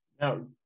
Now